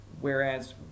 whereas